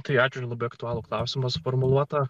tai ačiū ir labai aktualų klausimą suformuluotą